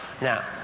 Now